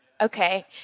Okay